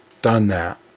done that.